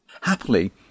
Happily